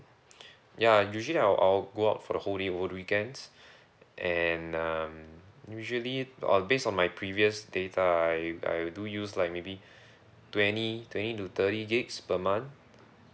ya usually I'll I'll go out for the whole day over the weekends and um usually on based on my previous data I've I do use like maybe twenty twenty to thirty gigs per month